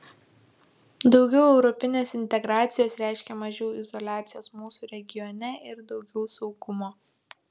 daugiau europinės integracijos reiškia mažiau izoliacijos mūsų regione ir daugiau saugumo